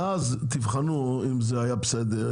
ואז תבחנו אם זה היה בסדר,